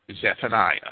Zephaniah